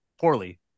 poorly